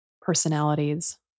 personalities